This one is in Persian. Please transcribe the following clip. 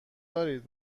دارید